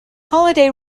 holiday